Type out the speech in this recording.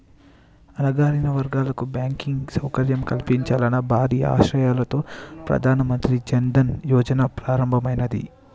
అణగారిన వర్గాలకు బ్యాంకింగ్ సౌకర్యం కల్పించాలన్న భారీ ఆశయంతో ప్రధాన మంత్రి జన్ ధన్ యోజన ప్రారంభమైనాది